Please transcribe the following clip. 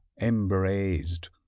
embraced